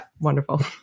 wonderful